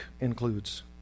includes